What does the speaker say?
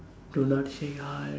do not shake hard